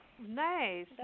nice